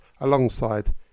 alongside